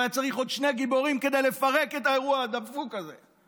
הוא היה צריך עוד שני גיבורים כדי לפרק את האירוע הדפוק הזה.